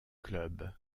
club